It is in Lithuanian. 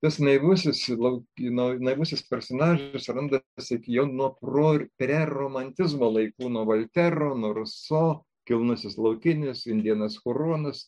tas naivusis lauk nai nai naivusis personažas atsiranda pasak jo nuo pro ir preromantizmo laikų nuo voltero nuo ruso kilnusis laukinis indėnas huronas